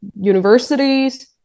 universities